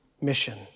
mission